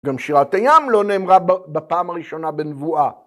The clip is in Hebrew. גם שירת הים לא נאמרה בפעם הראשונה בנבואה.